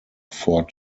four